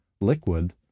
liquid